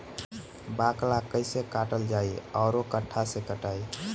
बाकला कईसे काटल जाई औरो कट्ठा से कटाई?